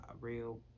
real